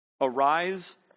Arise